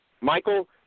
Michael